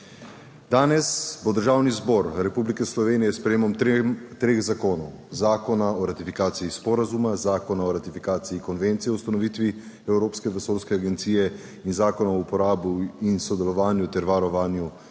Danes bo Državni zbor Republike Slovenije s sprejetjem treh zakonov, zakona o ratifikaciji sporazuma, zakona o ratifikaciji Konvencije o ustanovitvi Evropske vesoljske agencije in zakona o uporabi in sodelovanju ter varovanju tajnih